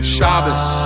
Shabbos